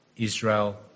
Israel